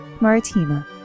Maritima